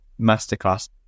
masterclass